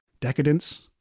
Decadence